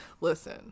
listen